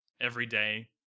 everyday